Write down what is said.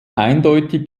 eindeutig